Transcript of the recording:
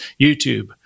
YouTube